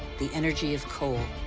the energy of coal,